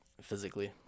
physically